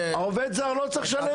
העובד הזר לא צריך לשלם את זה.